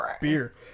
beer